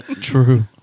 True